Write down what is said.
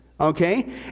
Okay